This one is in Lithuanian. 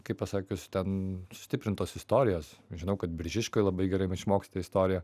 kaip pasakius ten sustiprintos istorijos žinau kad biržiškoj labai gerai išmoksti istoriją